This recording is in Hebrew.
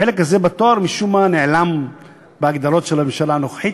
החלק הזה בתואר משום מה נעלם בהגדרות של הממשלה הנוכחית,